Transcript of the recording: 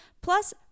Plus